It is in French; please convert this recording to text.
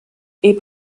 est